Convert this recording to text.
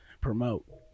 promote